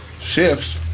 shifts